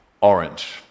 orange